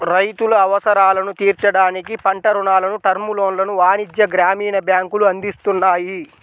రైతుల అవసరాలను తీర్చడానికి పంట రుణాలను, టర్మ్ లోన్లను వాణిజ్య, గ్రామీణ బ్యాంకులు అందిస్తున్నాయి